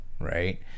right